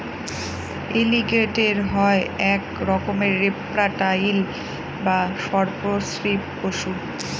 এলিগেটের হয় এক রকমের রেপ্টাইল বা সর্প শ্রীপ পশু